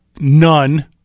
none